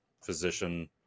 physician